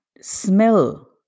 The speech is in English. smell